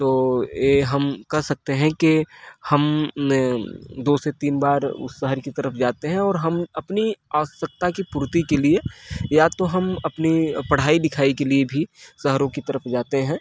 तो ये हम कह सकते हैं कि हम दो से तीन बार उस शहर की तरफ जाते हैं और हम अपनी आवश्यकता की पूर्ति के लिए या तो हम अपनी पढ़ाई लिखाई के लिए भी शहरों की तरफ जाते हैं